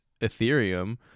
Ethereum